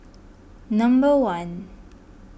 number one